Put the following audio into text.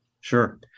Sure